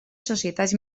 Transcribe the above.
societats